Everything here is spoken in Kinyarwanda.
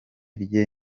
rye